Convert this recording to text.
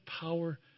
power